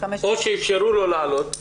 או שאפשרו לו לעלות?